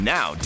Now